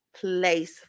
Place